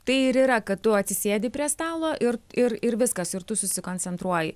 tai ir yra kad tu atsisėdi prie stalo ir ir ir viskas ir tu susikoncentruoji